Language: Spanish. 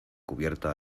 cubierta